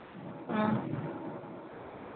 ꯎꯝ